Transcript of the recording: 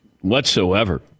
whatsoever